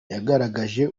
yagaragaje